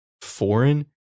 foreign